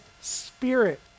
spirit